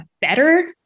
better